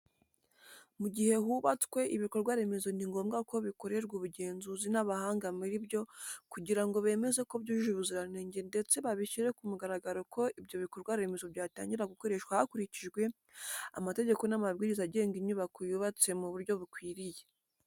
Mu gihe hubatswe ibikorwa remezo ni ngombwa ko bikorerwa ubugenzuzi n'abahanga muri byo kugira ngo bemeze ko byujuje ubuziranenge ndetse babishyire ku mugaragaro ko ibyo bikorwa remezo byatangira gukoreshwa hakurikijwe amategeko n'amabwiriza agenga inyubako yubatse mu buryo bukwiriye.